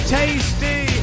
tasty